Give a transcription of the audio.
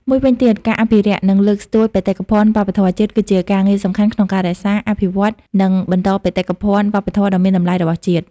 មួយវិញទៀតការអភិរក្ស និង លើកស្ទួយបេតិកភណ្ឌវប្បធម៌ជាតិ គឺជាការងារសំខាន់ក្នុងការរក្សា អភិវឌ្ឍ និងបន្តបេតិកភណ្ឌវប្បធម៌ដ៏មានតម្លៃរបស់ជាតិ។